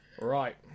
Right